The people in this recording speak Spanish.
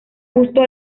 justo